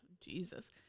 Jesus